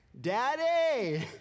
daddy